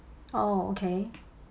oh okay